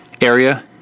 area